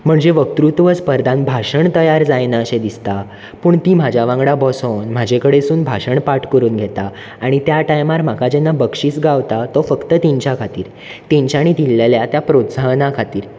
म्हणजे वक्तृत्व स्पर्धांक भाशण तयार जायना अशें दिसता पूण ती म्हाज्या वांगडा बसोन म्हाजे कडसून भाशण पाठ करून घेतात आनी त्या टायमार म्हाका जेन्ना बक्षीस गावता तो फक्त तेंच्या खातीर तेंच्यानी दिल्लेल्या त्या प्रोत्साहना खातीर